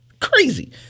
crazy